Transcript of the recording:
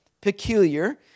peculiar